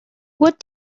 what